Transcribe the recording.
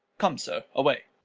come, sir, away.